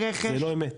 זה לא אמת.